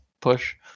push